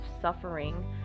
suffering